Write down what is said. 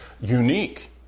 unique